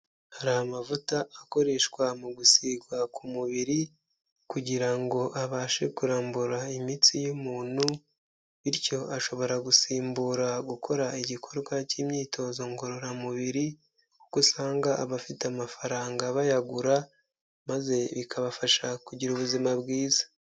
Hari amavuta akoreshwa mu gusigwa k'umubiri, kugira ngo abashe kurambura imitsi y'umuntu, bityo ashobora gusimbura gukora igikorwa cy'imyitozo ngororamubiri, kuko usanga abafite amafaranga bayagura, maze bikabafasha kugira ubuzima bwiza.